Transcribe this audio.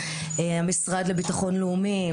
המשרד לביטחון לאומי,